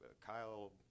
Kyle